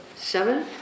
Seven